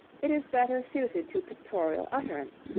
it is better suited to pictorial utterance,